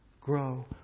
Grow